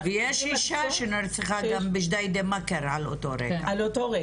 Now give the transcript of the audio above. ויש אישה שנרצחה גם בג'דידה מכר על אותו רקע.